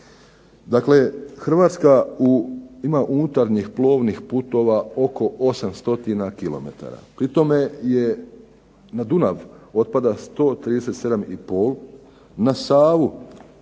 putovi. Hrvatska ima unutarnjih plovnih putova oko 800 km, pri tome je na Dunav otpada 137,5 na Savu